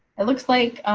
it looks like.